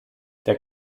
der